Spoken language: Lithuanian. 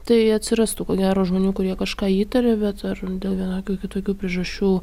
tai atsirastų ko gero žmonių kurie kažką įtarė bet ar dėl vienokių kitokių priežasčių